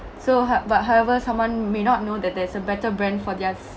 so how~ but however someone may not know that there's a better brand for their